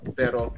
pero